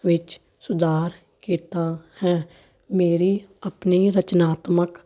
ਵਿੱਚ ਸੁਧਾਰ ਕੀਤਾ ਹੈ ਮੇਰੀ ਆਪਣੀ ਰਚਨਾਤਮਕ